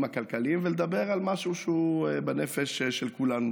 הכלכליים ולדבר על משהו שהוא בנפש של כולנו,